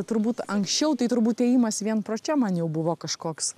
turbūt anksčiau tai turbūt ėjimas vien pro čia man jau buvo kažkoks